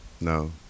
no